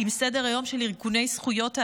עם סדר-היום של ארגוני זכויות האדם.